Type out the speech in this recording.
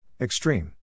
Extreme